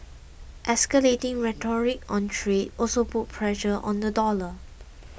escalating rhetoric on trade also put pressure on the dollar